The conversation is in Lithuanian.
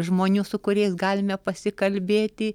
žmonių su kuriais galime pasikalbėti